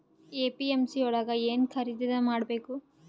APMC ಯೊಳಗ ಏನ್ ಖರೀದಿದ ಮಾಡ್ಬೇಕು?